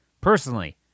personally